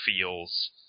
feels